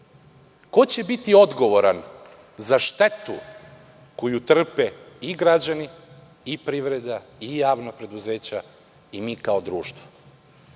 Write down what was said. ko će biti odgovoran za štetu koju trpe i građani i privreda i javna preduzeća i mi kao društvo?